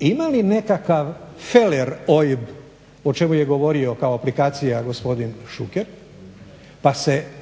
Ima li nekakav feler OIB o čemu je govorio kao aplikaciji gospodin Šuker,